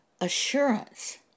assurance